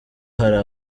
hari